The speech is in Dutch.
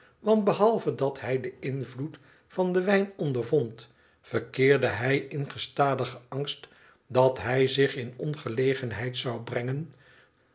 want behalve dat hij den invloed van den wijn ondervond verkeerde hij in gestadigen angst dat hij zich in ongelegenheid zou brengen